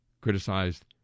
criticized